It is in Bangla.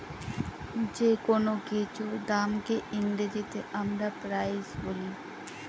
যেকোনো কিছুর দামকে ইংরেজিতে আমরা প্রাইস বলি